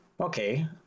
okay